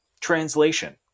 translation